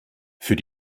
für